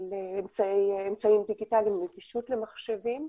נגישות לאמצעים דיגיטליים, נגישות למחשבים.